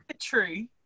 true